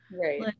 right